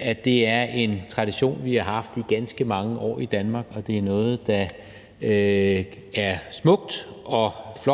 at det er en tradition, vi har haft i ganske mange år i Danmark, og at det er noget, der er smukt og flot